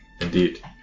Indeed